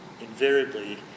invariably